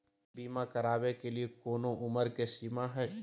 बीमा करावे के लिए कोनो उमर के सीमा है?